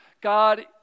God